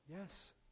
Yes